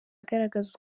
agaragaza